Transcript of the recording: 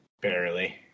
barely